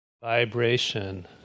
vibration